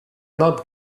not